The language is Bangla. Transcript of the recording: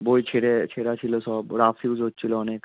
বই ছেঁড়ে ছেঁড়া ছিল সব রাফ ইউজ হচ্ছিল অনেক